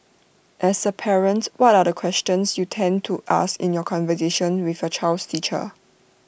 as A parent what are the questions you tend to ask in your conversations with your child's teacher